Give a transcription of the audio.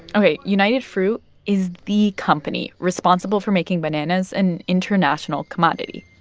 ok, united fruit is the company responsible for making bananas an international commodity,